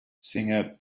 singer